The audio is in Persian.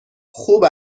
خوب